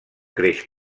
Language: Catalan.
creix